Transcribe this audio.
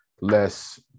less